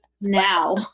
now